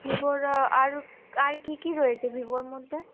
ভিভোর আর আর কী কী রয়েছে ভিভোর মধ্যে